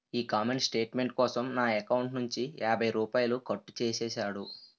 ఈ comment statement కోసం నా ఎకౌంటు నుంచి యాభై రూపాయలు కట్టు చేసేసాడు